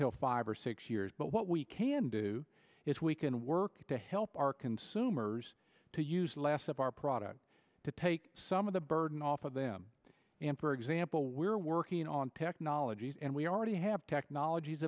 till five or six years but what we can do is we can work to help our consumers to use less of our products to take some of the burden off of them and for example we're working on technologies and we already have technologies